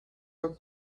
were